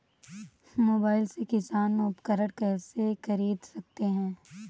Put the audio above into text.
Mobile से किसान उपकरण कैसे ख़रीद सकते है?